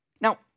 Now